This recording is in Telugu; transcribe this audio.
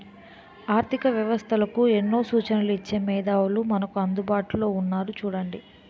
ఆర్థిక వ్యవస్థలకు ఎన్నో సూచనలు ఇచ్చే మేధావులు మనకు అందుబాటులో ఉన్నారు చూడండి